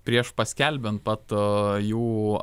prieš paskelbiant pat jų